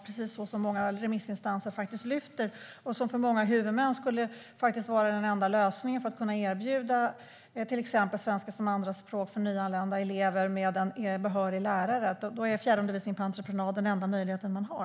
Detta är något som många remissinstanser tar upp. För många huvudmän är det den enda lösningen när det gäller att erbjuda till exempel svenska som andraspråk för nyanlända elever med en behörig lärare. Då är fjärrundervisning på entreprenad den enda möjlighet man har.